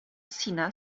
sena